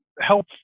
help